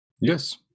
Yes